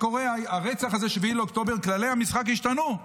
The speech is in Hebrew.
הרצח הזה, 7 באוקטובר, כללי המשחק השתנו.